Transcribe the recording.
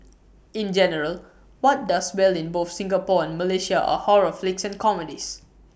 in general what does well in both Singapore and Malaysia are horror flicks and comedies